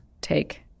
take